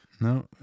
No